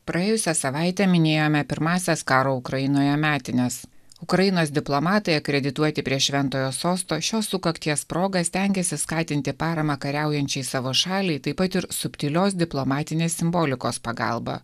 praėjusią savaitę minėjome pirmąsias karo ukrainoje metines ukrainos diplomatai akredituoti prie šventojo sosto šios sukakties proga stengiasi skatinti paramą kariaujančiai savo šaliai taip pat ir subtilios diplomatinės simbolikos pagalba